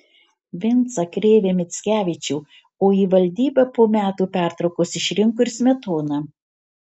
vincą krėvę mickevičių o į valdybą po metų pertraukos išrinko ir smetoną